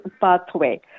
Pathway